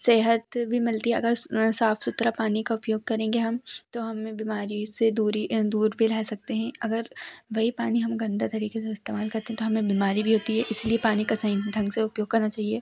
सेहत भी मिलती है अगर साफ सुथरे पानी का उपयोग करेंगे हम तो हमें बीमारियों से दूरी दूर भी रहे सकते हें अगर वही पानी हम गंदे तरीक़े से इस्तेमाल करते हैं तो हमें बीमारी भी होती है इसलिए पानी का सही ढंग से उपयोग करना चहिए